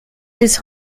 his